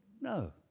No